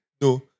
No